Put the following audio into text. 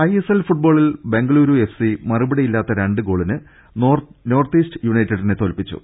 ISL ഫുട്ബോളിൽ Bengaluru FC മറുപടിയി ല്ലാത്ത രണ്ട് ഗോളിന് നോർത്ത് ഈസ്റ്റ് യുണൈറ്റഡിനെ തോൽപി ച്ചു